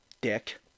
Dick